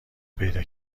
پیدا